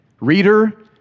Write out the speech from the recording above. reader